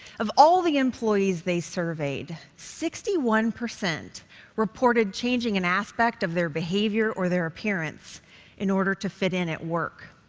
of all the employees they surveyed, sixty one percent reported changing an aspect of their behavior or their appearance in order to fit in at work.